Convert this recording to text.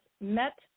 met